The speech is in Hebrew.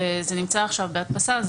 וזה נמצא עכשיו בהדפסה,